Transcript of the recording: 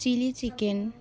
chilli chicken